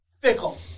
Fickle